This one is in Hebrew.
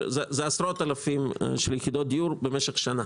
אבל זה עשרות אלפים של יחידות דיור במשך שנה